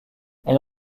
elle